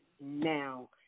now